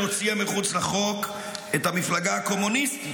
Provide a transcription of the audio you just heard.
הוציאה מחוץ לחוק את המפלגה הקומוניסטית